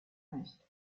nicht